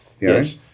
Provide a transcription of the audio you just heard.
yes